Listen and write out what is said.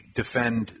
defend